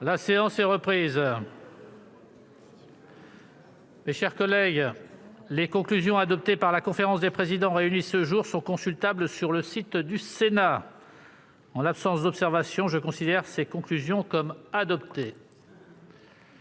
La séance est reprise. Les conclusions adoptées par la conférence des présidents, réunie ce jour, sont consultables sur le site du Sénat. En l'absence d'observations, je les considère comme adoptées.-